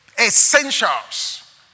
essentials